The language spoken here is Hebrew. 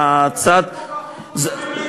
כי אתם כל כך מחויבים להתנחלויות,